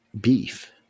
Beef